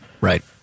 Right